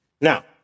Now